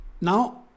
Now